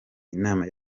inama